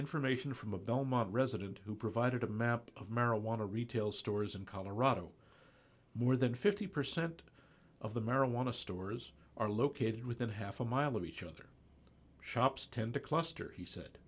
information from a belmont resident who provided a map of marijuana retail stores in colorado more than fifty percent of the marijuana stores are located within half a mile of each other shops tend to cluster he said